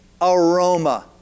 aroma